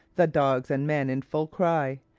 the dogs and men in full cry,